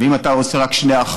אם אתה עושה רק 2%,